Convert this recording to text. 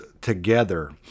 together